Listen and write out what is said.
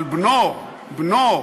אבל בנוֹ, בנוֹ,